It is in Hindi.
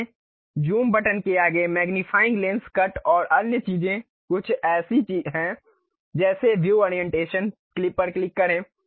अपने ज़ूम बटन के आगे मैग्नीफाइंग लेंस कट और अन्य चीजें कुछ ऐसी हैं जैसे व्यू ओरिएंटेशन क्लिक करें